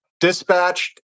dispatched